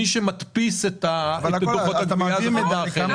מי שמדפיס את דוחות הגבייה זה חברה אחרת.